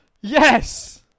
Yes